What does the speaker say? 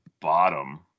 bottom